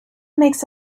makes